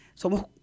Somos